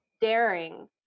daring